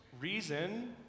reason